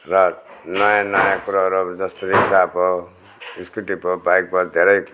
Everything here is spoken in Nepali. र नयाँ नयाँ कुरोहरू अब जस्तो रिक्सा भयो स्कुटी भयो बाइक भयो धेरै